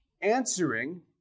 answering